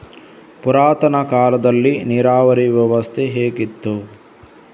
ಪುರಾತನ ಕಾಲದಲ್ಲಿ ನೀರಾವರಿ ವ್ಯವಸ್ಥೆ ಹೇಗಿತ್ತು?